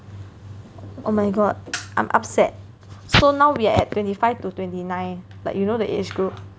oh my god I'm upset so now we're at twenty five to twenty nine like you know the age group